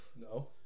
No